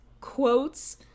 quotes